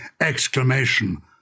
Exclamation